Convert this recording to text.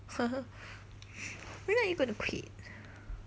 when are you gonna quit